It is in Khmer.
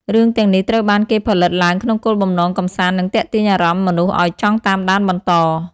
រឿងទាំងនេះត្រូវបានគេផលិតឡើងក្នុងគោលបំណងកម្សាន្តនិងទាក់ទាញអារម្មណ៍មនុស្សឲ្យចង់តាមដានបន្ត។